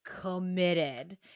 committed